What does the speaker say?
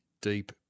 deep